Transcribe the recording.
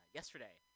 yesterday